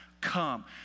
come